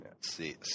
See